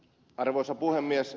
arvoisa puhemies